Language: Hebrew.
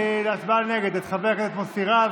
להצבעה נגד את חבר הכנסת מוסי רז,